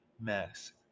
Max